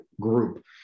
group